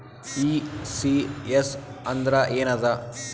ECS ಅಂದ್ರ ಏನದ?